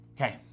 okay